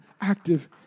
active